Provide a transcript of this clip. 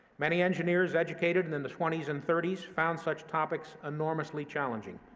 many engineers educated and in the twenty s and thirty s found such topics enormously challenging.